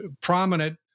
prominent